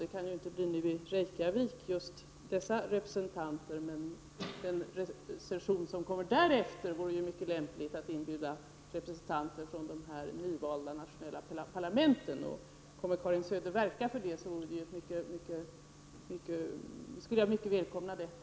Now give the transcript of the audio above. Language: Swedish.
Det kan ju inte bli aktuellt till sessionen i Reykjavik, men till sessionen nästa år vore det mycket lämpligt att inbjuda representanter för dessa nyvalda nationella parlament. Jag skulle välkomna om Karin Söder ville medverka till detta.